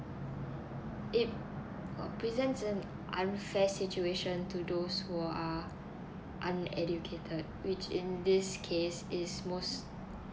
it represents an unfair situation to those who are uh uneducated which in this case is most